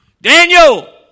Daniel